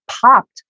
popped